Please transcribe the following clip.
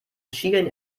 schielen